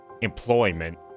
employment